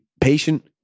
patient